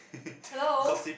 hello